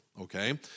okay